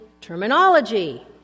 terminology